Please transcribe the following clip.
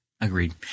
Agreed